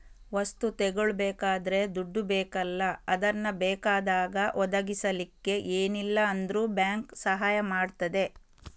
ವಸ್ತು ತಗೊಳ್ಬೇಕಾದ್ರೆ ದುಡ್ಡು ಬೇಕಲ್ಲ ಅದನ್ನ ಬೇಕಾದಾಗ ಒದಗಿಸಲಿಕ್ಕೆ ಏನಿಲ್ಲ ಅಂದ್ರೂ ಬ್ಯಾಂಕು ಸಹಾಯ ಮಾಡ್ತದೆ